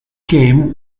came